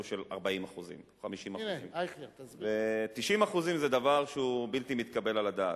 של 40% או 50%. 90% זה דבר שהוא בלתי מתקבל על הדעת,